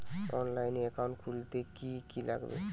অনলাইনে একাউন্ট খুলতে কি কি লাগবে?